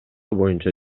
боюнча